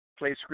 PlayScript